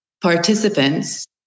participants